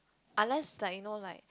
unless like you know like